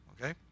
Okay